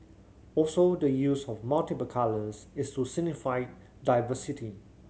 also the use of multiple colours is to signify diversity